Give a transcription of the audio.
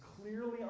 clearly